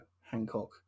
hancock